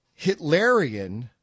Hitlerian